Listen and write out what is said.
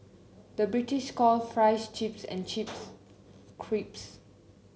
the British calls fries chips and chips crisps